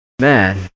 Man